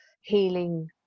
healing